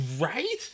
Right